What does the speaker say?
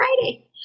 Friday